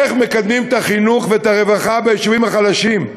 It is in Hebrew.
איך מקדמים את החינוך ואת הרווחה ביישובים החלשים.